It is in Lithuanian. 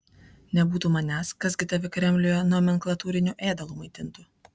nebūtų manęs kas gi tave kremliuje nomenklatūriniu ėdalu maitintų